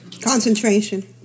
concentration